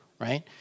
right